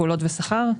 פעולות ושכר,